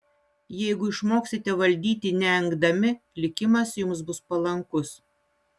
jeigu išmoksite valdyti neengdami likimas jums bus palankus